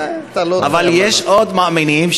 אבל יש עוד מאמינים,